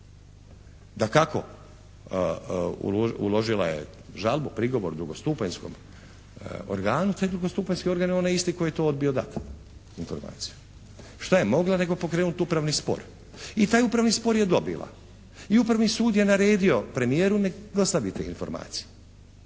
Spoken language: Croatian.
Dakako, uložila je žalbu, prigovor drugostupanjskom organu. Taj drugostupanjski organ je onaj isti koji je to odbio dati informaciju. Šta je mogla nego pokrenuti upravni spor. I taj upravni spor je dobila. I Upravni sud je naredio premijeru neka dostavi te informacije.